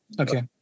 Okay